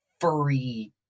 Furry